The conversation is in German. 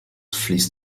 fließt